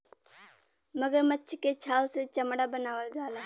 मगरमच्छ के छाल से चमड़ा बनावल जाला